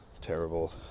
Terrible